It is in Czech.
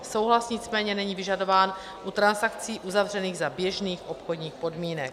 Souhlas nicméně není vyžadován u transakcí uzavřených za běžných obchodních podmínek.